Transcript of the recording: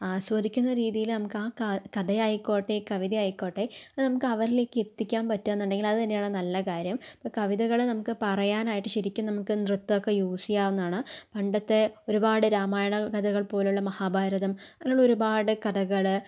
ആസ്വദിക്കുന്ന രീതിയില് നമുക്ക് ആ കഥയായിക്കോട്ടെ കവിതയായിക്കോട്ടെ അത് നമുക്ക് അവരിലേക്കെത്തിക്കാൻ പറ്റാന്നുണ്ടെങ്കിൽ അത് തന്നെയാണ് നല്ല കാര്യം ഇപ്പോൾ കവിതകള് നമുക്ക് പറയാനായിട്ട് ശരിക്കും നമുക്ക് നൃത്തമൊക്കെ യൂസെയ്യാവുന്നതാണ് പണ്ടത്തെ ഒരുപാട് രാമായണ കഥകൾ പോലുള്ള മഹാഭാരതം അങ്ങനെ ഉള്ള ഒരുപാട് കഥകള്